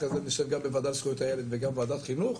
אחרי זה נשב בוועדה לזכויות הילד וגם בוועדת חינוך,